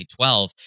2012